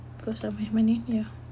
because of him I need yeah